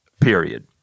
Period